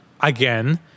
again